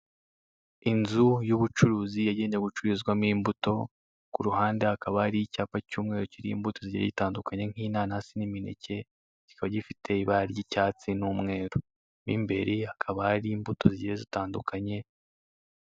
Inzu y'ubucuruzi yagenewe gucururizwamo imbuto, kuruhande hakaba hari icyapa cy'umweru kirimo imbuto zigiye zitandukanye nk'inanasi n'imineke kikaba gifite ibara ry'icyatsi n'umweru, mu imbere hakaba hari imbuto zigiye zitandukanye.